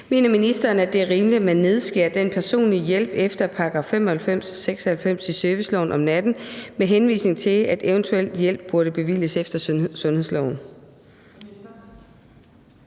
Mener ministeren, at det er rimeligt, at man nedskærer den personlige hjælp efter §§ 95 og 96 i serviceloven om natten med henvisning til, at eventuel hjælp burde bevilges efter sundhedsloven?